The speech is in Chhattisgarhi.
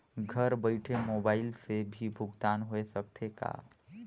घर बइठे मोबाईल से भी भुगतान होय सकथे का?